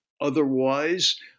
otherwise